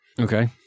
Okay